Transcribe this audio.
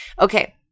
Okay